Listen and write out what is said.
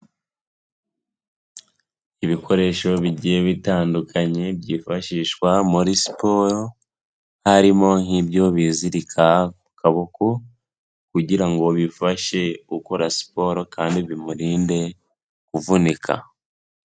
Ibikoresho bigiye bitandukanye byifashishwa muri siporo, harimo nk'ibyo bizirika ku kaboko kugira ngo bifashe gukora siporo kandi bimurinde kuvunika.